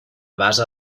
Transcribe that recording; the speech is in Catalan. base